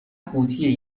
قوطی